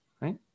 right